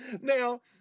Now